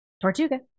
tortuga